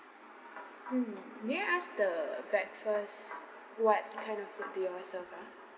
mm may I ask the breakfast what kind of food do you all serve ah